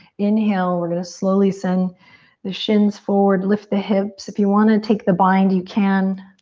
inhale, we're gonna slowly send the shins forward, lift the hips. if you want to take the bind, you can.